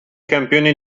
campione